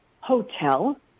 hotel